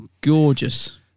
gorgeous